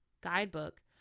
guidebook